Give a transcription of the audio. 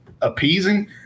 appeasing